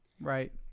Right